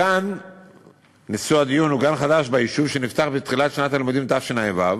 הגן מושא הדיון הוא גן חדש ביישוב שנפתח בתחילת שנת הלימודים תשע"ו.